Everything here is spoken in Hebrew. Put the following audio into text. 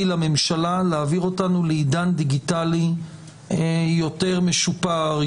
לממשלה להעביר אותנו לעידן דיגיטלי יותר משופר,